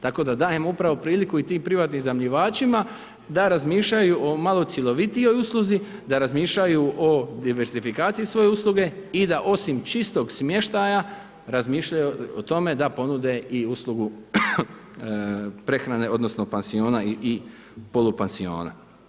Tako da dajemo upravo priliku i tim privatnim iznajmljivačima da razmišljaju o malo cjelovitijoj usluzi, da razmišljaju o diversifikaciji svoje usluge i da osim čistog smještaja, razmišljaju o tome da ponude i uslugu prehrane odnosno pansiona i polupansiona.